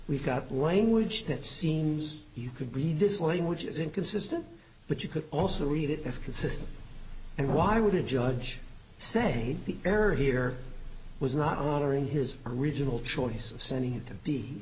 we've got language that seems you could read this lame which is inconsistent but you could also read it as consistent and why would a judge say the error here was not on or in his original choice of sending it to be